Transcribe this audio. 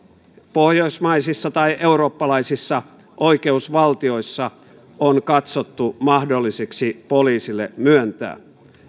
pohjoismaisissa tai eurooppalaisissa oikeusvaltioissa on katsottu mahdollisiksi poliisille myöntää